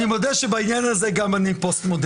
אני מודה שבעניין הזה גם אני פוסט-מודרניסט,